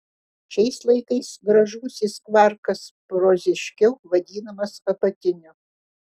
šiais laikais gražusis kvarkas proziškiau vadinamas apatiniu